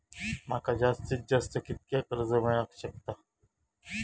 माका जास्तीत जास्त कितक्या कर्ज मेलाक शकता?